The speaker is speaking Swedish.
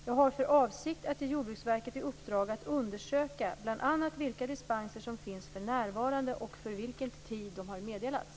Jag har för avsikt att ge Jordbruksverket i uppdrag att undersöka bl.a. vilka dispenser som finns för närvarande och för vilken tid de har meddelats.